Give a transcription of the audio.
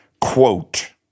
quote